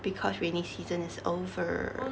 because rainy season is over